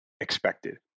expected